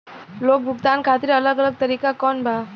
Loan भुगतान खातिर अलग अलग तरीका कौन बा?